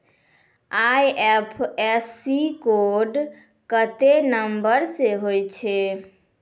IFSC code केत्ते number के होय छै